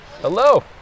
hello